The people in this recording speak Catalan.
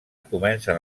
comencen